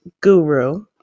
guru